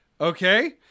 Okay